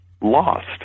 lost